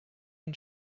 and